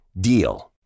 DEAL